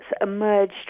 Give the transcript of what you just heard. emerged